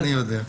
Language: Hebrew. אני יודע.